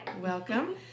Welcome